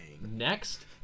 Next